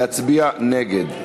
להצביע נגד.